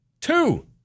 Two